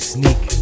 Sneak